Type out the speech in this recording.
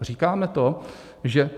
Říkáme to, že